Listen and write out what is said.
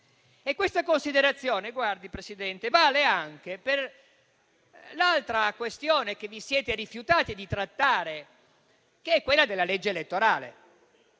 Questa considerazione, Presidente, vale anche per l'altra questione che vi siete rifiutati di trattare, quella della legge elettorale.